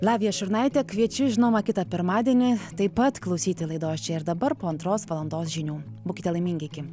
lavija šurnaitė kviečiu žinoma kitą pirmadienį taip pat klausyti laidos čia ir dabar po antros valandos žinių būkite laimingi iki